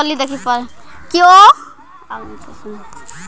Sir तोरी आ राई के केना किस्म अधिक उत्पादन दैय छैय?